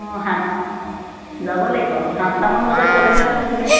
অঁ সাত যাব লাগিব সাতটামান বজাত গ'লেহে হ'ব তেতিয়া